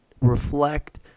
reflect